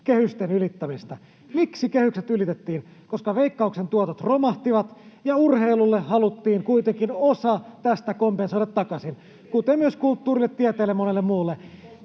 kehysten ylittämistä. Miksi kehykset ylitettiin? Koska Veikkauksen tuotot romahtivat ja urheilulle haluttiin kuitenkin osa tästä kompensoida takaisin, kuten myös kulttuurille, tieteelle ja monelle muulle.